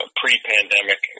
pre-pandemic